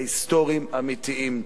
ההיסטוריים האמיתיים.